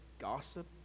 gossip